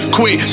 Quit